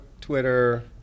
Twitter